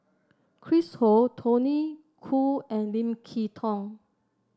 Chris Ho Tony Khoo and Lim Kay Tong